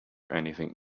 anything